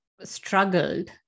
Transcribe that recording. struggled